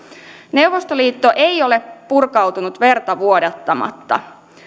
neuvostoliitto ei ole purkautunut verta vuodattamatta